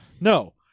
No